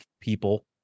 people